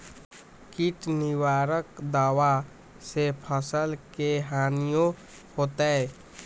किट निवारक दावा से फसल के हानियों होतै?